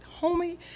homie